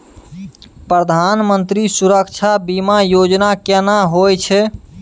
प्रधानमंत्री सुरक्षा बीमा योजना केना होय छै?